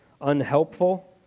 unhelpful